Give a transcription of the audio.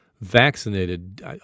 vaccinated